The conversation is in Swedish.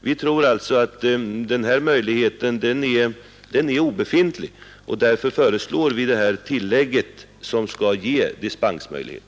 Vi tror alltså att den utvägen är obefintlig, och därför föreslår vi detta tillägg om en dispensmöjlighet.